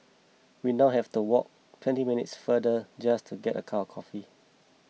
we now have to walk twenty minutes farther just to get a cup of coffee